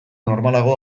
normalago